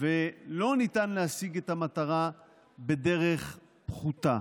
ולא ניתן להשיג את המטרה בדרך פחותה.